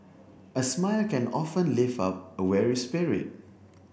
a smile can often lift up a weary spirit